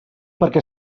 perquè